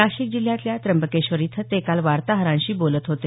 नाशिक जिल्ह्यातल्या त्र्यंबकेश्वर इथं ते काल वार्ताहरांशी बोलत होते